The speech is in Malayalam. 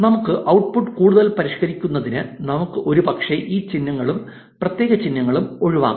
നമ്മുടെ ഔട്ട്പുട്ട് കൂടുതൽ പരിഷ്കരിക്കുന്നതിന് നമുക്ക് ഒരുപക്ഷേ ഈ ചിഹ്നങ്ങളും പ്രത്യേക ചിഹ്നങ്ങളും ഒഴിവാക്കാം